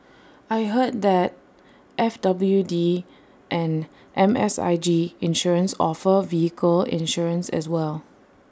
I heard that F W D and M S I G insurance offer vehicle insurance as well